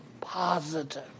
positive